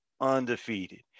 undefeated